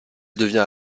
devient